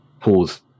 Pause